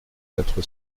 quatre